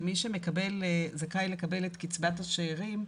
מי שזכאי לקבל את קצבת השאירים,